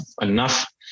enough